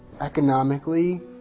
economically